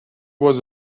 was